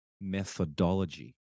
methodology